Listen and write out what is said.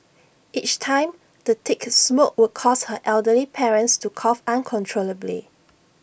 each time the thick smoke would cause her elderly parents to cough uncontrollably